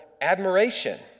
admiration